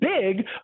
big